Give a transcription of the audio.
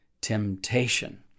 temptation